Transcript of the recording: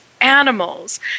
animals